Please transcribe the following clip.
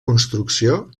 construcció